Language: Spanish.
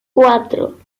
cuatro